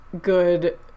good